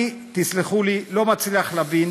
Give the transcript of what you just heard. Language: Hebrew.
אני, תסלחו לי, לא מצליח להבין